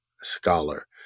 scholar